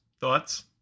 Thoughts